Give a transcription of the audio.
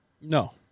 No